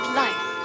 life